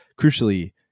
crucially